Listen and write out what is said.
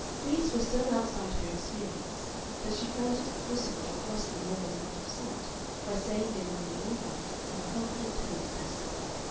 these were so outside her experience that she found it possible to thrust them almost out of sight by saying they would be all right in confident tones to herself.